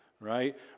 right